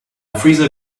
freezer